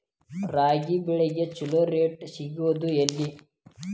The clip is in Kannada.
ರಾಗಿ ಬೆಳೆಗೆ ಛಲೋ ರೇಟ್ ಸಿಗುದ ಎಲ್ಲಿ?